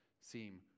seem